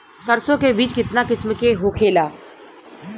सरसो के बिज कितना किस्म के होखे ला?